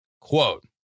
quote